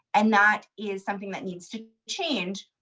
and that is something that needs to change.